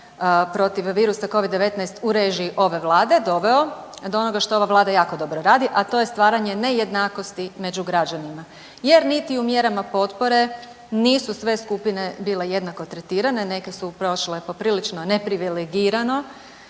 protiv virusa Covid-19 u režiji ove Vlade doveo do onoga što ova Vlada jako dobro radi, a to je stvaranje nejednakosti među građanima jer niti u mjerama potpore nisu sve skupine bile jednako tretirane. Neke su prošle poprilično ne privilegirano